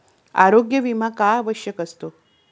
आरोग्य विमा का आवश्यक असतो?